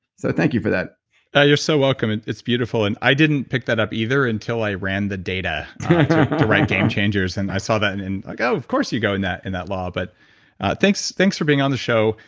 so thank you for that you're so welcome. it's beautiful. and i didn't pick that up either until i ran the data to write game changers and i saw that, and and like, oh, of course you go in that and that law. but thanks thanks for being on the show.